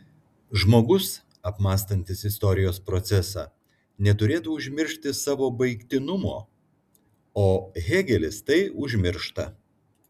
žmogus apmąstantis istorijos procesą neturėtų užmiršti savo baigtinumo o hėgelis tai užmiršta